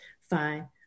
fine